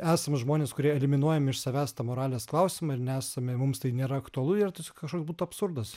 esam žmonės kurie eliminuojam iš savęs tą moralės klausimą ir nesame mums tai nėra aktualu yra tiesiog kažkoks būtų absurdas